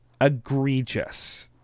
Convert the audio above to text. egregious